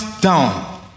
down